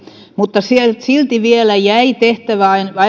mutta silti vielä jäi tehtävää